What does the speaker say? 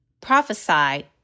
prophesied